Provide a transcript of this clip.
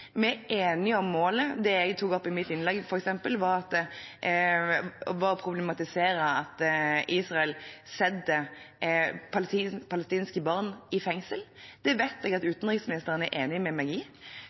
Vi er enige om målet. Det jeg tok opp i mitt innlegg, var f.eks. en problematisering av at Israel setter palestinske barn i fengsel, og det vet jeg utenriksministeren er enig med meg i. Jeg vet at